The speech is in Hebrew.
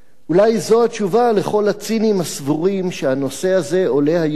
אולי זו התשובה לכל הציניים הסבורים שהנושא הזה עולה היום